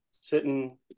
sitting